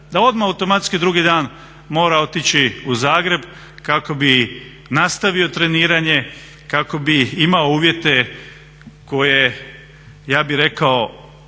da odmah automatski drugi dan mora otići u Zagreb kako bi nastavio treniranje, kako bi imao uvjete koje ja bih rekao